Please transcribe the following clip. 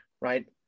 right